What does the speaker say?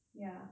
ya